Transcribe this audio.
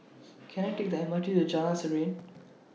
Can I Take The M R T to Jalan Serene